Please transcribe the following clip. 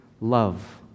love